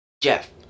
Jeff